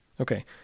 Okay